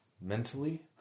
mentally